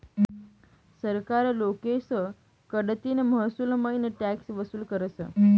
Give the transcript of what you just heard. सरकार लोकेस कडतीन महसूलमईन टॅक्स वसूल करस